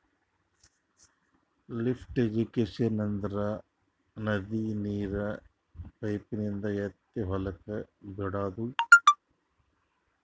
lift irrigation ಅಂದ್ರ ನದಿ ನೀರ್ ಪೈಪಿನಿಂದ ಎತ್ತಿ ಹೊಲಕ್ ಬಿಡಾದು